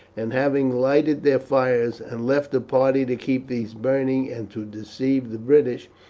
and having lighted their fires, and left a party to keep these burning and to deceive the british,